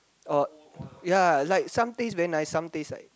or ya like some taste very nice some taste like